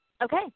Okay